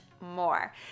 more